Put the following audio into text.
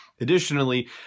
Additionally